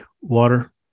water